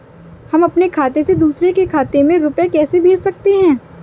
हम अपने खाते से दूसरे के खाते में रुपये कैसे भेज सकते हैं?